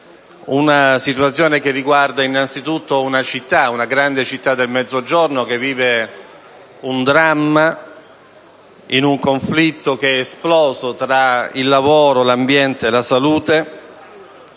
Una situazione che riguarda innanzitutto una grande città del Mezzogiorno, che vive un dramma nel conflitto che è esploso tra il lavoro, l'ambiente e la salute.